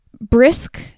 brisk